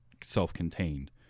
self-contained